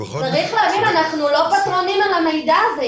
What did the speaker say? צריך להסביר, אנחנו לא פטרונים על המידע הזה.